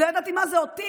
לא ידעתי מה זה אוטיסט,